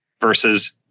versus